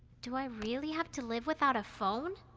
do i really have to live without a phone?